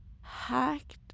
hacked